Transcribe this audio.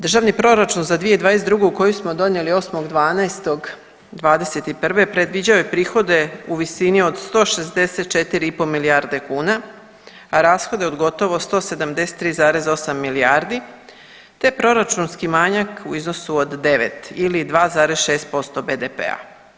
Državni proračun za 2022. koji smo donijeli 8.12.'21. predviđao je prihode u visini od 164,5 milijarde kuna, a rashode od gotovo 173,8 milijardi te proračunski manjak u iznosu od 9 ili 2,6% BDP-a.